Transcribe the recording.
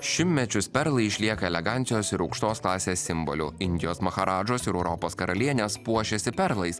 šimtmečius perlai išlieka elegancijos ir aukštos klasės simboliu indijos macharadžos ir europos karalienės puošėsi perlais